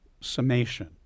summation